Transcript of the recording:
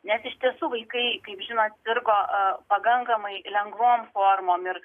nes iš tiesų vaikai kaip žinot pirko pakankamai lengvom formom ir